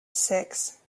six